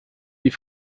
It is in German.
die